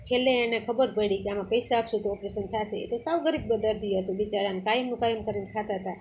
છેલ્લે એને ખબર પડી કે આમાં પૈસા આપીશું તો ઓપરેશન થશે એ તો સાવ ગરીબ દર્દી હતું બિચારાને કાયમનું કાયમ કરીને ખાતા હતા